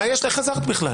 איך חזרת בכלל?